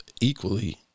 equally